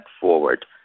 forward